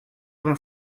vingt